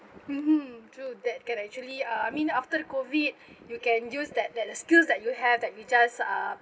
mmhmm true that can actually uh I mean after the COVID you can use that that the skills that you have that you just uh